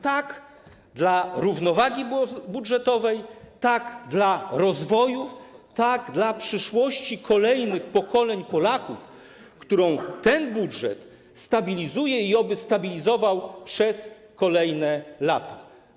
Tak dla równowagi budżetowej, tak dla rozwoju, tak dla przyszłości kolejnych pokoleń Polaków, którą ten budżet stabilizuje, i oby stabilizował przez kolejne lata.